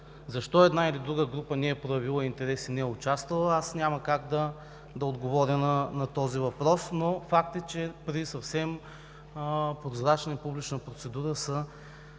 Защо една или друга група не е проявила интерес и не е участвала – аз няма как да отговаря на този въпрос, но факт е, че при съвсем прозрачна и публична процедура са